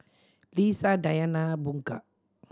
Lisa Dayana Bunga